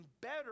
better